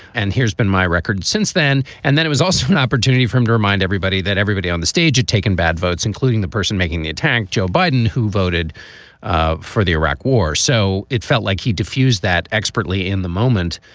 and here has been my record since then. and then it was also an opportunity for him to remind everybody that everybody on the stage had taken bad votes, including the person making the attack, joe biden, who voted ah for the iraq war. so it felt like he diffused that expertly in the moment.